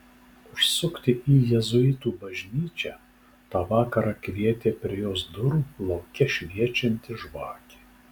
užsukti į jėzuitų bažnyčią tą vakarą kvietė prie jos durų lauke šviečianti žvakė